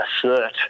assert